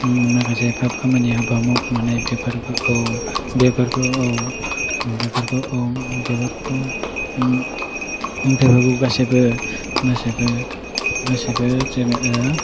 माखासे फाप खामानि हाबा मावखुमानाय बेफोरखौ गासैबो जोङो